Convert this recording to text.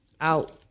out